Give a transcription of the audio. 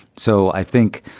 so i think,